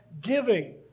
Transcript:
giving